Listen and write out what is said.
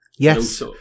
Yes